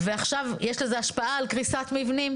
ועכשיו יש לזה השפעה על קריסת מבנים.